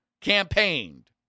campaigned